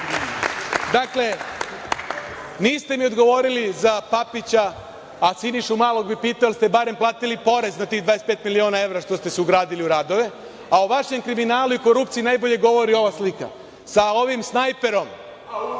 dakle, niste mi odgovorili za Papića, a Sinišu Malog bih pitao da li ste barem platili porez na tih 25 miliona evra što ste se ugradili u radove? A o vašem kriminalu i korupciji najbolje govori ova slika, sa ovim Snajperom